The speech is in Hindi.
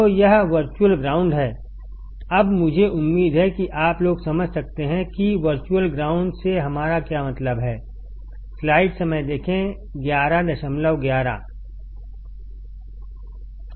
तो यह वर्चुअल ग्राउंड है अब मुझे उम्मीद है कि आप लोग समझ सकते हैं कि वर्चुअल ग्राउंड से हमारा क्या मतलब है